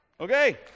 Okay